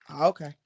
Okay